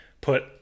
put